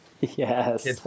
Yes